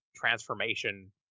Transformation